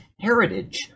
heritage